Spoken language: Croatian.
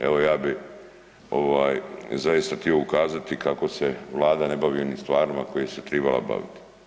Evo ja bih zaista htio ukazati kako se Vlada ne bavi onim stvarima kojima bi se trebala baviti.